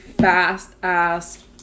fast-ass